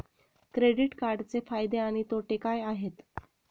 Credit कार्डचे फायदे आणि तोटे काय आहेत?